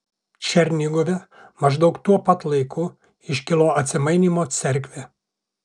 černigove maždaug tuo pat laiku iškilo atsimainymo cerkvė